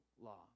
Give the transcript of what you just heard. law